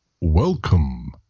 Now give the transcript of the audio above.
Welcome